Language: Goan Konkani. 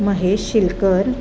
महेश शिलकर